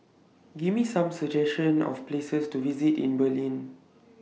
Give Me Some suggestions For Places to visit in Berlin